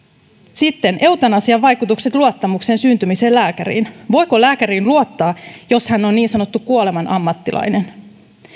sitten eutanasian vaikutukset luottamuksen syntymiseen lääkäriin voiko lääkäriin luottaa jos hän on niin sanottu kuoleman ammattilainen